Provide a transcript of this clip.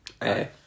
Hey